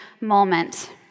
moment